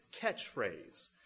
catchphrase